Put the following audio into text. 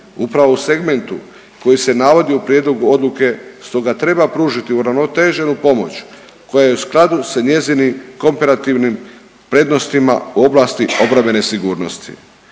upravo u segmentu koji se navodi u prijedlogu odluke. Stoga treba pružiti uravnoteženu pomoć koja je u skladu sa njezinim komparativnim prednostima u oblasti obrambene sigurnosti.